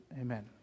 Amen